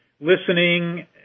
listening